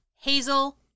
hazel